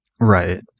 Right